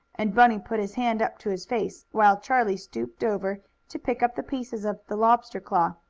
and bunny put his hand up to his face, while charlie stooped over to pick up the pieces of the lobster claw,